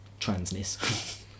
transness